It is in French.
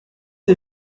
les